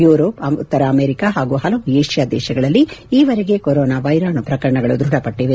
Europe ಉತ್ತರ America ಹಾಗೂ ಹಲವು ಏಷ್ಯಾ ದೇಶಗಳಲ್ಲಿ ಈವರೆಗೆ ಕೊರೊನಾ ವೈರಾಣು ಪ್ರಕರಣಗಳು ದೃಢಪಟ್ಟವೆ